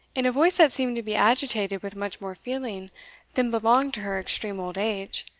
in a voice that seemed to be agitated with much more feeling than belonged to her extreme old age,